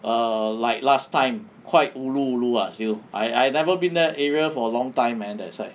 err like last time quite ulu ulu ah still I I've never been that area for a long time man ah that side